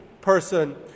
person